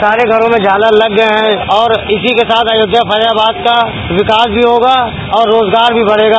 सारे घर में झालर लग गए हैं और इसी के साथ आयोध्या फैजाबाद का विकास भी होगा और रोजगार भी बढ़ेगा